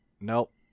Nope